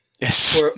Yes